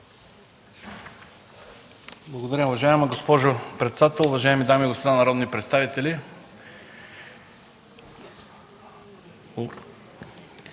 Благодаря, госпожо председател. Уважаеми дами и господа народни представители,